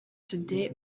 today